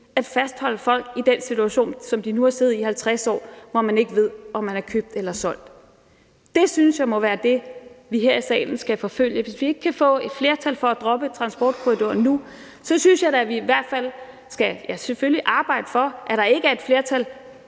at fastholde folk i den situation, som de nu har siddet i i 50 år, hvor man ikke ved, om man er købt eller solgt. Det synes jeg må være det, vi her i salen skal forfølge. Hvis vi ikke kan få et flertal for at droppe transportkorridoren nu, synes jeg da, at vi i hvert fald skal arbejde for, at der ikke er et flertal